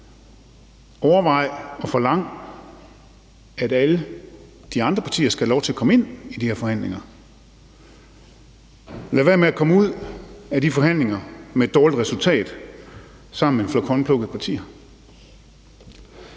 Overvej og forlang, at alle de andre partier skal have lov til at komme ind i de her forhandlinger, og lad være med at komme ud af de forhandlinger med et dårligt resultat sammen med en flok håndplukkede partier.